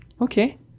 okay